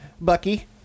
Bucky